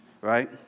right